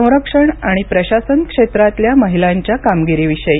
संरक्षण आणि प्रशासन क्षेत्रातल्या महिलांच्या कामगिरीविषयी